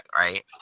right